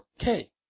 Okay